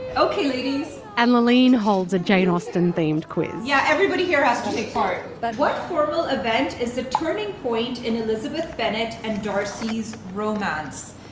ok, ladies and laaleen holds a jane austen-themed quiz yeah. everybody here has to take part. but what formal event is the turning point in elizabeth bennet and darcy's romance?